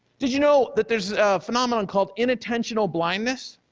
did you know that there's a phenomenon called inattentional blindness?